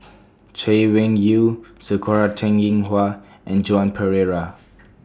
Chay Weng Yew Sakura Teng Ying Hua and Joan Pereira